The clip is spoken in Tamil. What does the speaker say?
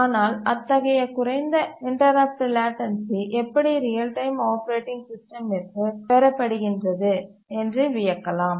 ஆனால் அத்தகைய குறைந்த இன்டரப்ட் லேட்டன்சீ எப்படி ரியல் டைம் ஆப்பரேட்டிங் சிஸ்டமிற்கு பெறப்படுகின்றது என்று வியக்கலாம்